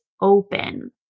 open